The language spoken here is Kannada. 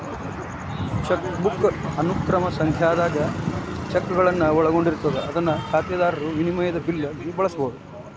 ಚೆಕ್ಬುಕ್ ಅನುಕ್ರಮ ಸಂಖ್ಯಾದಾಗ ಚೆಕ್ಗಳನ್ನ ಒಳಗೊಂಡಿರ್ತದ ಅದನ್ನ ಖಾತೆದಾರರು ವಿನಿಮಯದ ಬಿಲ್ ಆಗಿ ಬಳಸಬಹುದು